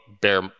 bear